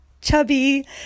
chubby